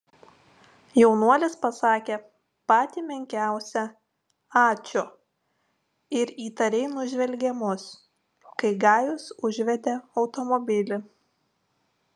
jaunuolis pasakė patį menkiausią ačiū ir įtariai nužvelgė mus kai gajus užvedė automobilį